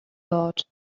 thought